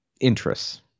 interests